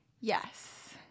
Yes